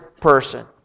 person